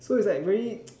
so is like very